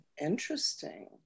Interesting